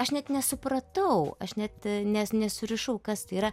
aš net nesupratau aš net nes nesurišau kas yra